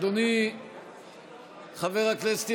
אדוני היושב-ראש,